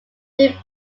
did